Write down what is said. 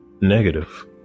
negative